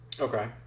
okay